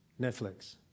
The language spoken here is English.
Netflix